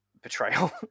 betrayal